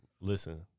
Listen